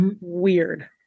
weird